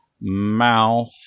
mouth